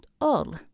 all